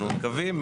אנחנו מקווים.